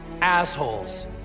assholes